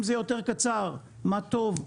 אם זה יותר קצר מה טוב.